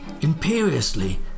imperiously